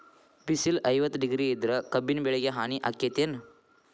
ಬಿಸಿಲ ಐವತ್ತ ಡಿಗ್ರಿ ಇದ್ರ ಕಬ್ಬಿನ ಬೆಳಿಗೆ ಹಾನಿ ಆಕೆತ್ತಿ ಏನ್?